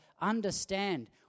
understand